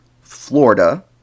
Florida